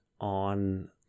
on